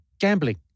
gambling